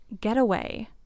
getaway